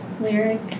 Lyric